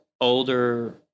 older